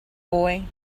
boy